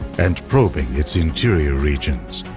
and probing its interior regions.